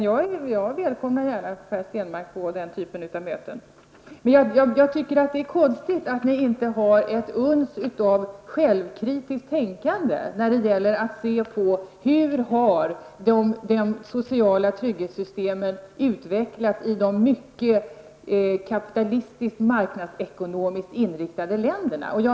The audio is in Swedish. Jag välkomnar gärna Per Stenmarck på den typen av möten. Jag tycker att det är konstigt att ni inte har ett uns av självkritiskt tänkande när det gäller att se på hur de sociala trygghetssystemen har utvecklats i de mycket kapitalistiskt marknadsekonomiskt inriktade länderna.